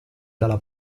dalla